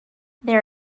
there